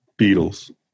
Beatles